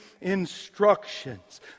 instructions